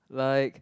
like